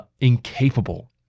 incapable